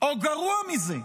או גרוע מזה,